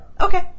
Okay